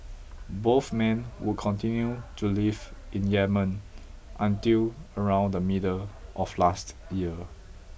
both men would continue to live in Yemen until around the middle of last year